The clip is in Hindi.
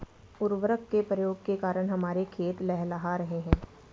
उर्वरक के प्रयोग के कारण हमारे खेत लहलहा रहे हैं